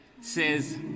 says